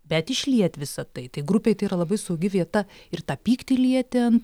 bet išliet visą tai tai grupėj tai yra labai saugi vieta ir tą pyktį lieti an